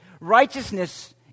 Righteousness